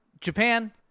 Japan